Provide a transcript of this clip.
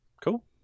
cool